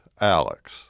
Alex